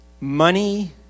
Money